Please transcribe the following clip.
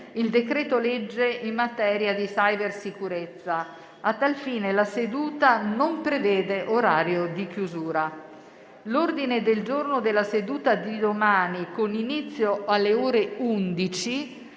il decreto-legge in materia di cybersicurezza. A tal fine la seduta non prevede orario di chiusura. L'ordine del giorno della seduta di domani, con inizio alle ore 11,